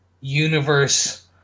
Universe